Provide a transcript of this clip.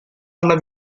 alla